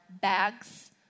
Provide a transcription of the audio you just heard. bags